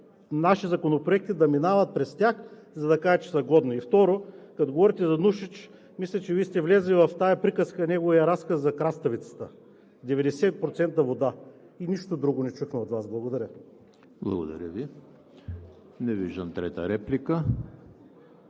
наши законопроекти да минават през тях, за да кажат, че са годни. И второ, като говорите за Нушич, мисля, че Вие сте влезли в тази приказка, неговия разказ за краставицата – 90% вода. Нищо друго не чухме от Вас. Благодаря. (Единични ръкопляскания